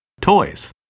Toys